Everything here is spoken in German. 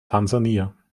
tansania